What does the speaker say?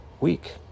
week